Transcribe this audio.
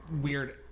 weird